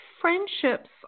friendships